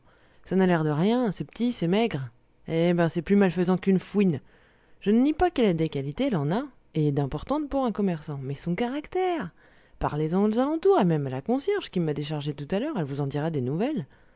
ça n'a l'air de rien c'est petit c'est maigre eh bien c'est plus malfaisant qu'une fouine je ne nie pas qu'elle ait des qualités elle en a et d'importantes pour un commerçant mais son caractère parlez en aux alentours et même à la concierge qui m'a déchargé tout à l'heure elle vous en dira des nouvelles